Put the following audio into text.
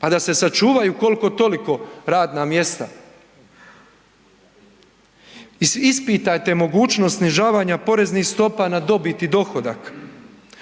pa da se sačuvaju koliko toliko radna mjesta. Ispitajte mogućnost snižavanja poreznih stopa na dobit i dohodak,